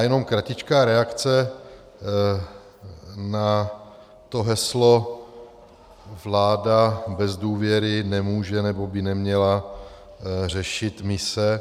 Jenom kratičká reakce na heslo: vláda bez důvěry nemůže, nebo by neměla řešit mise.